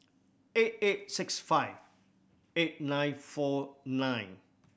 eight eight six five eight nine four nine